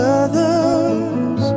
others